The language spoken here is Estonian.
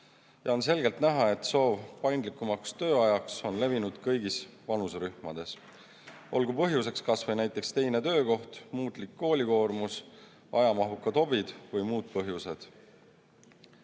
ja on selgelt näha, et paindlikuma tööaja soov on levinud kõigis vanuserühmades, olgu põhjuseks kas või näiteks teine töökoht, muutlik koolikoormus, ajamahukad hobid või muud põhjused.